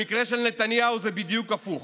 במקרה של נתניהו זה בדיוק הפוך.